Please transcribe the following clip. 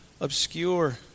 obscure